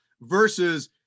versus